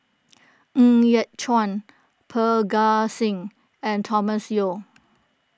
Ng Yat Chuan Parga Singh and Thomas Yeo